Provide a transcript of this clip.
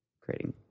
creating